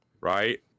right